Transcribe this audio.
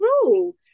true